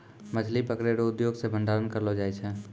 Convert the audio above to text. मछली पकड़ै रो उद्योग से भंडारण करलो जाय छै